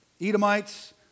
Edomites